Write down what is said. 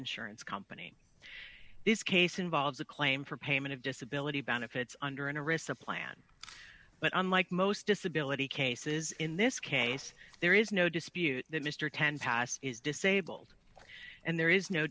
insurance company this case involves a claim for payment of disability benefits under a recipient but unlike most disability cases in this case there is no dispute that mr ten passed is disabled and there is no